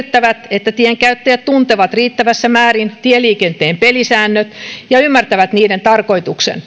että tienkäyttäjät tuntevat riittävässä määrin tieliikenteen pelisäännöt ja ymmärtävät niiden tarkoituksen